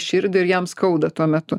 širdį ir jam skauda tuo metu